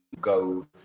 go